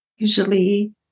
Usually